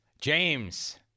James